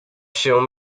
się